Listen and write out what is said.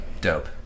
Dope